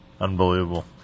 Unbelievable